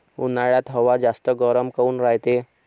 उन्हाळ्यात हवा जास्त गरम काऊन रायते?